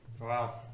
Wow